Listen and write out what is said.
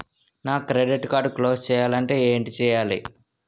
నా credit card close చేయాలంటే ఏంటి చేయాలి?